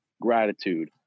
gratitude